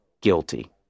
guilty